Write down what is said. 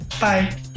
Bye